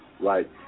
right